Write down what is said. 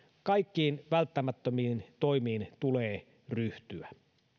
kaikin välttämättömin toimin tulee ryhtyä